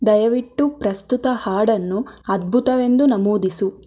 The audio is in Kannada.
ದಯವಿಟ್ಟು ಪ್ರಸ್ತುತ ಹಾಡನ್ನು ಅದ್ಭುತವೆಂದು ನಮೂದಿಸು